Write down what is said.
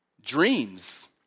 Dreams